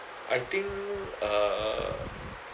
I think uh